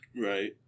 right